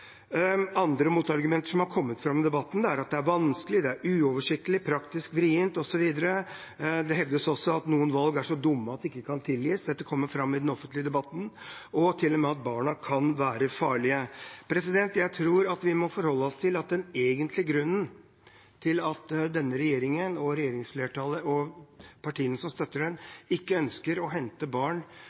Andre motargumenter som har kommet fram i debatten, er at det er vanskelig, det er uoversiktlig, praktisk vrient, osv. Det hevdes også at noen valg er så dumme at de ikke kan tilgis – dette kommer fram i den offentlige debatten – og til og med at barna kan være farlige. Jeg tror vi må forholde oss til at den egentlige grunnen til at denne regjeringen og partiene som støtter den, ikke ønsker å hente alle norske barn